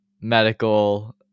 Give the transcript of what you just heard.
Medical